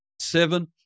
Seven